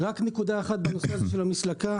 רק נקודה אחת בנושא המסלקה.